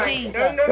Jesus